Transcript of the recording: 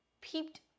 peeped